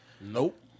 Nope